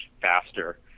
faster